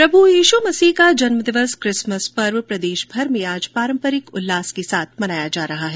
प्रभू यीशु मसीह का जन्म दिवस किसमस पर्व प्रदेशभर में आज पारंपरिक उल्लास के साथ मनाया जा रहा है